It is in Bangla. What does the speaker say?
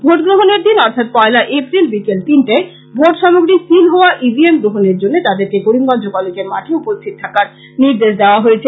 ভোট গ্রহনের দিন অর্থাৎ পয়লা এপ্রিল বিকেল তিনটেয় ভোট সামগ্রী সিল হোয়া ই ভি এম গ্রহনের জন্য তাদেরকে করিমগঞ্জ কলেজের মাঠে উপস্থিত থাকতে নির্দেশ দেওয়া হয়েছে